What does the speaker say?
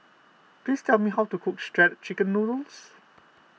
please tell me how to cook Shredded Chicken Noodles